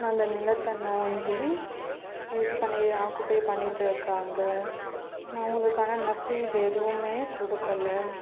அந்த நிலத்தை நோண்டி இது பண்ணி ஆக்குபை பண்ணிகிட்டு இருக்காங்க அவங்களுக்கான நஷ்ட ஈடு எதுவுமே கொடுக்கல